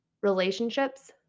relationships